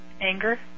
Anger